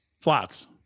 flats